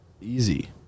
easy